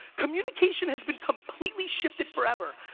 communication has been completely shifted forever.